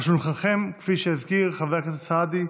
על שולחנכם, כפי שהזכיר חבר הכנסת סעדי,